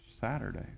Saturday